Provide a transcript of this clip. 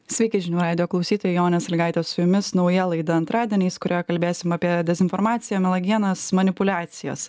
sveiki žinių radijo klausytoja jonė sąlygaitė su jumis nauja laida antradieniais kurioje kalbėsim apie dezinformaciją melagienas manipuliacijas